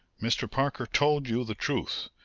mr. parker told you the truth.